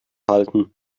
halten